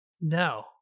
No